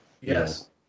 Yes